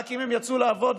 רק אם הם יצאו לעבוד,